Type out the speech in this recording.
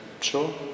sure